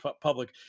public